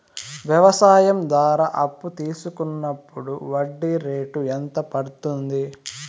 వ్యవసాయం ద్వారా అప్పు తీసుకున్నప్పుడు వడ్డీ రేటు ఎంత పడ్తుంది